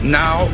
now